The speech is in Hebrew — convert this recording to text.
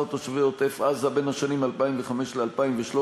תושבי עוטף-עזה בין השנים 2005 ל-2013,